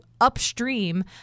upstream